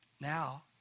now